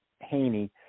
Haney